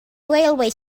railway